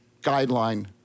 guideline